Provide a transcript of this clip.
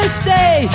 stay